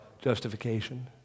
justification